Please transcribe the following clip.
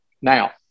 now